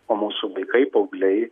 o mūsų vaikai paaugliai